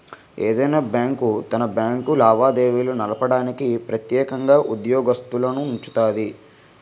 ఏదైనా బ్యాంకు తన బ్యాంకు లావాదేవీలు నడపడానికి ప్రెత్యేకంగా ఉద్యోగత్తులనుంచుతాది